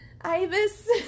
Ibis